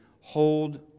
hold